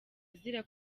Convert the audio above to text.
azira